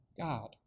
God